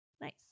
Nice